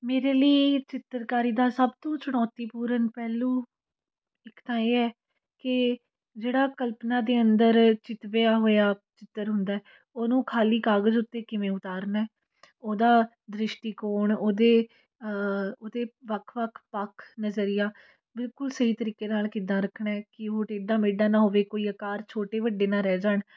ਮੇਰੇ ਲਈ ਚਿੱਤਰਕਾਰੀ ਦਾ ਸਭ ਤੋਂ ਚੁਣੌਤੀਪੂਰਨ ਪਹਿਲੂ ਇੱਕ ਤਾਂ ਇਹ ਹੈ ਕਿ ਜਿਹੜਾ ਕਲਪਨਾ ਦੇ ਅੰਦਰ ਚਿਤਵਿਆ ਹੋਇਆ ਚਿੱਤਰ ਹੁੰਦਾ ਉਹਨੂੰ ਖਾਲੀ ਕਾਗਜ਼ ਉੱਤੇ ਕਿਵੇਂ ਉਤਾਰਨਾ ਉਹਦਾ ਦ੍ਰਿਸ਼ਟੀਕੋਣ ਉਹਦੇ ਉਹਦੇ ਵੱਖ ਵੱਖ ਪੱਖ ਨਜ਼ਰੀਆ ਬਿਲਕੁਲ ਸਹੀ ਤਰੀਕੇ ਨਾਲ ਕਿੱਦਾਂ ਰੱਖਣਾ ਕਿ ਉਹ ਟੇਡਾ ਮੇਡਾ ਨਾ ਹੋਵੇ ਕੋਈ ਆਕਾਰ ਛੋਟੇ ਵੱਡੇ ਨਾ ਰਹਿ ਜਾਣ